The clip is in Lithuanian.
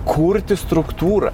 kurti struktūrą